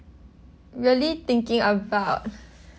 really thinking about